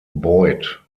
boyd